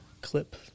clip